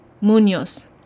Munoz